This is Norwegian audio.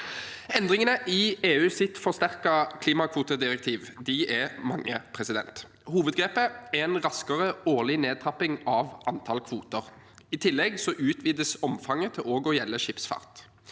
Endringene i EUs forsterkede klimakvotedirektiv er mange. Hovedgrepet er en raskere årlig nedtrapping av antall kvoter. I tillegg utvides omfanget til også å gjelde skipsfart.